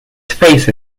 face